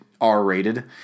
R-rated